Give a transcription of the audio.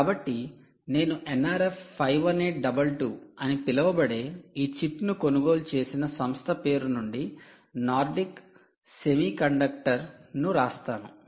slide సమయం చూడండి 0908 కాబట్టి నేను NRF 51822 అని పిలువబడే ఈ చిప్ను కొనుగోలు చేసిన సంస్థ పేరు నుండి నార్డిక్ సెమీకండక్టర్ను వ్రాస్తాను